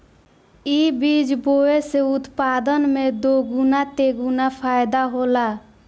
इ बीज बोए से उत्पादन में दोगीना तेगुना फायदा होला